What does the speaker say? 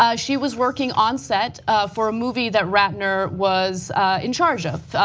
ah she was working on set for a movie that ratner was in charge of.